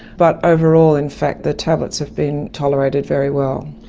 but overall in fact the tablets have been tolerated very well.